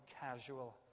casual